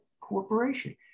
corporation